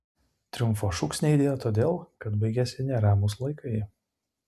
triumfo šūksniai aidėjo todėl kad baigėsi neramūs laikai